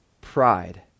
pride